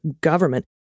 government